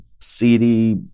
CD